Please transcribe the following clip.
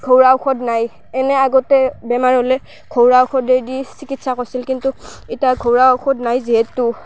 ঘৰুৱা ঔষধ নাই এনেই আগতে বেমাৰ হ'লে ঘৰুৱা ঔষধেই দি চিকিৎসা কৰিছিল কিন্তু এতিয়া ঘৰুৱা ঔষধ নাই যিহেতু